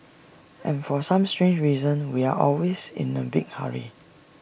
and for some strange reasons we are always in A big hurry